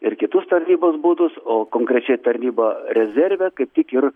ir kitus tarnybos būdus o konkrečiai tarnyba rezerve kaip tik ir